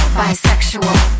bisexual